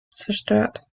zerstört